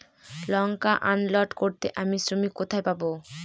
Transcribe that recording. লঙ্কা unload করতে আমি শ্রমিক কোথায় পাবো?